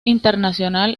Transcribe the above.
internacional